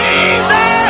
Jesus